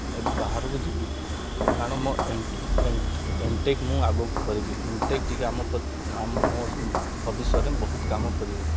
ବାହାରକୁ ଯିବି କାରଣ ମୋ ଏମ୍ଟେକ୍ ମୁଁ ଆଗକୁ କରିବି ଏମ୍ଟେକ୍ ଟିକେ ଆମ ମୋ ଭବିଷ୍ୟତରେ ବହୁତ କାମ କରିବ